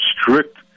strict